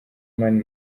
mani